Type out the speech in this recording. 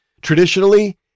Traditionally